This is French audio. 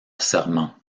serment